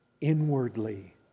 inwardly